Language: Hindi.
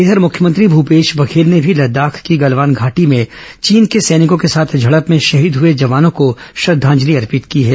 इधर मुख्यमंत्री भूपेश बघेल ने भी लद्दाख की गलवान घाटी में चीन के सैनिकों के साथ झड़प में शहीद हए जवानों को श्रद्दांजलि अर्पित की है